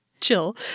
chill